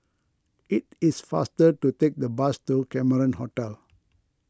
it is faster to take the bus to Cameron Hotel